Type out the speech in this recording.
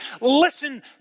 Listen